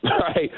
Right